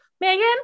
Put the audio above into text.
Megan